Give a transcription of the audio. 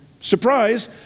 surprise